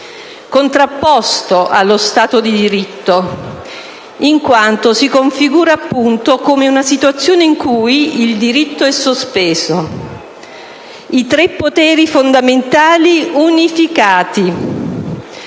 contrapposto allo Stato di diritto, in quanto si configura, appunto, come una situazione in cui il diritto è sospeso, i tre poteri fondamentali unificati.